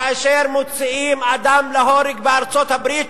כאשר מוציאים אדם להורג בארצות-הברית,